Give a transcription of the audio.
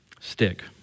stick